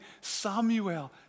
Samuel